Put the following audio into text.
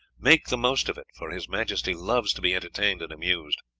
make the most of it, for his majesty loves to be entertained and amused.